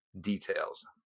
details